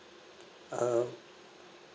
uh